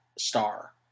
star